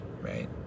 right